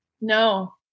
No